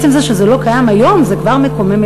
עצם זה שזה לא קיים היום זה כבר מקומם,